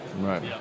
Right